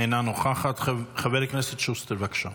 אינה נוכחת, חבר הכנסת שוסטר, בבקשה.